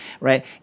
right